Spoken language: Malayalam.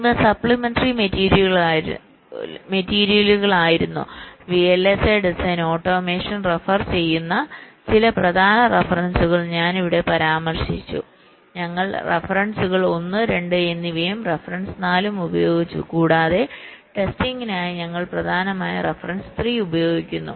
ഇവ സപ്ലിമെന്ററി മെറ്റീരിയലുകളായിരുന്നു വിഎൽഎസ്ഐ ഡിസൈൻ ഓട്ടോമേഷൻ റഫർ ചെയ്യുന്ന ചില പ്രധാന റഫറൻസുകൾ ഞാൻ ഇവിടെ പരാമർശിച്ചു ഞങ്ങൾ റഫറൻസുകൾ 1 2 എന്നിവയും റഫറൻസ് 4 ഉം ഉപയോഗിച്ചു കൂടാതെ ടെസ്റ്റിംഗിനായി ഞങ്ങൾ പ്രധാനമായും റഫറൻസ് 3 ഉപയോഗിക്കുന്നു